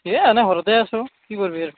এই এনে ঘৰতে আছোঁ কি কৰবি আৰু